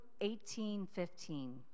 18.15